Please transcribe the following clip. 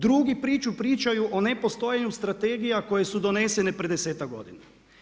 Drugi priču pričaju o nepostojanju strategija koje su donesene prije desetak godina.